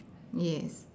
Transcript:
yes